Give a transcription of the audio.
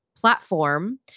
platform